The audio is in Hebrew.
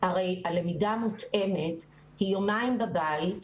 הרי הלמידה המותאמת היא יומיים בבית,